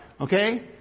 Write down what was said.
Okay